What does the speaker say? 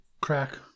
crack